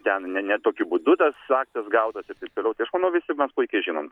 ten ne ne tokiu būdu tas aktas gautas ir taip toliau tai aš manau visi puikiai žinom